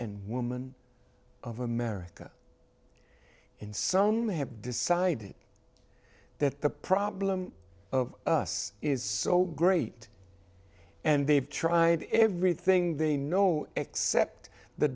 and woman of america and some have decided that the problem of us is so great and they've tried everything they know except the